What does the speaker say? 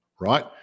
Right